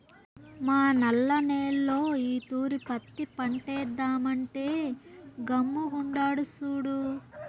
మా నల్ల నేల్లో ఈ తూరి పత్తి పంటేద్దామంటే గమ్ముగుండాడు సూడు